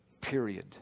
Period